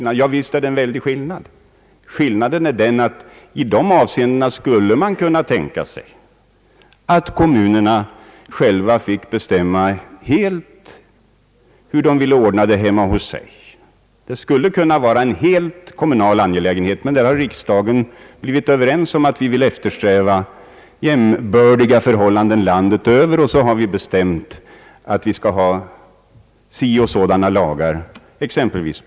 Ja, visst är det en stor skillnad, men den består i att man på t.ex. skolområdet skulle kunna tänka sig att kommunerna själva fick bestämma, det skulle kunna vara en helt kommunal angelägenhet, men riksdagen har ansett att man bör eftersträva jämbördiga förhållanden landet över, och så har man bestämt sig för att gå lagstiftningsvägen.